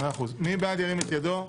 מי בעד ירים את ידו.